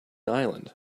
island